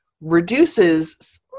reduces